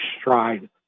stride